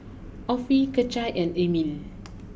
Offie Kecia and Emile